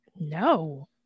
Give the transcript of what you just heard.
No